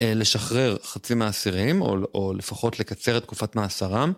לשחרר חצי מהאסירים, או לפחות לקצר את תקופת מאסרם.